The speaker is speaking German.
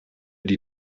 die